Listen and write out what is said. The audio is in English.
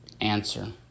answer